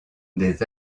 des